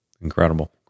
Incredible